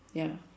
ya